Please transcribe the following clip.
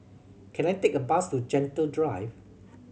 can I take a bus to Gentle Drive